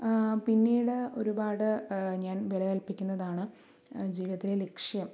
പിന്നീട് ഒരുപാട് ഞാൻ വിലകല്പിക്കുന്നതാണ് ജീവിതത്തിലെ ലക്ഷ്യം